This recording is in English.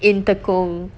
in tekong